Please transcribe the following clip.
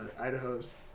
Idaho's